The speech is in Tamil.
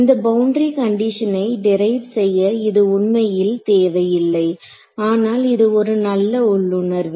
இந்த பவுண்டரி கண்டிஷனை டிரைவ் செய்ய இது உண்மையில் தேவையில்லை ஆனால் இது ஒரு நல்ல உள்ளுணர்வு